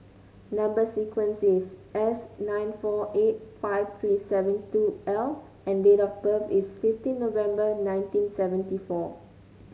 number sequence is S nine four eight five three seven two L and date of birth is fifteen November nineteen seventy four